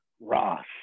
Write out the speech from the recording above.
Ross